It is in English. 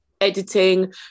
editing